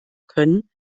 können